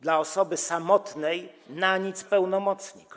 Dla osoby samotnej na nic pełnomocnik.